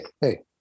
hey